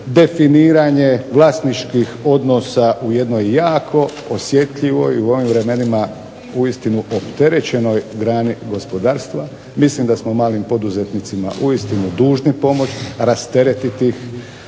definiranje vlasničkih odnosa u jednoj jako osjetljivoj i u ovim vremenima uistinu opterećenoj grani gospodarstva, mislim da smo malim poduzetnicima uistinu dužni pomoći, rasteretiti